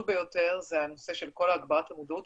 ביותר זה הנושא של כל הגברת המודעות.